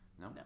No